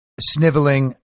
sniveling